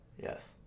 Yes